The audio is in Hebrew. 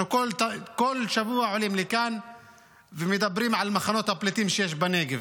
אנחנו כל שבוע עולים לכאן ומדברים על מחנות הפליטים שיש בנגב.